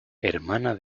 hermana